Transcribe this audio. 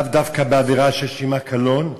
לאו דווקא בעבירה שיש עמה קלון,